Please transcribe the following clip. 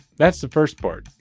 that's the first part.